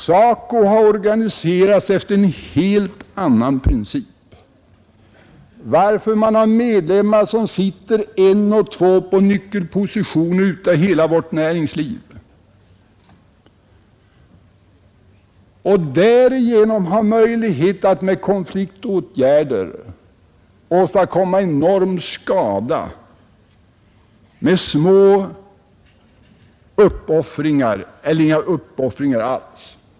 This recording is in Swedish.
SACO har organiserats efter en helt annan princip. Där har man medlemmar som sitter en eller två i nyckelpositioner i hela vårt näringsliv, och därigenom har de möjligheter att med konfliktåtgärder med små eller inga uppoffringar alls åstadkomma enorm skada.